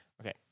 Okay